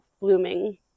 blooming